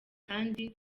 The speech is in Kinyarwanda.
kandi